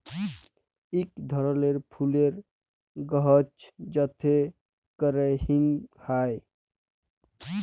ইক ধরলের ফুলের গাহাচ যাতে ক্যরে হিং হ্যয়